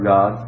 God